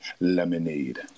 lemonade